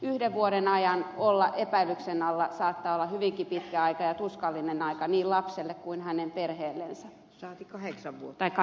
yhden vuoden ajan olla epäilyksen alla saattaa olla hyvinkin pitkä aika ja tuskallinen aika niin lapselle kuin hänen perheelleen